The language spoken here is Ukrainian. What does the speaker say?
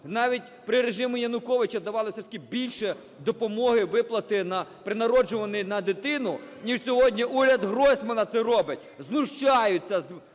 Навіть при режимі Януковича давали все ж таки більше допомоги, виплати при народженні на дитину, ніж сьогодні уряд Гройсмана це робить. Знущаються